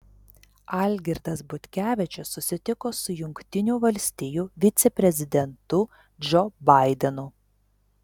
algirdas butkevičius susitiko su jungtinių valstijų viceprezidentu džo baidenu